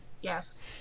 Yes